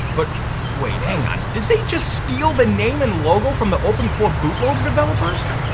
but wait, hang on. did they just steal the name and logo from the opencore bootloader developers?